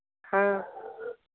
हाँ